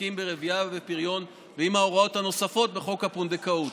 העוסקים ברבייה ובפריון ועם ההוראות הנוספות בחוק הפונדקאות.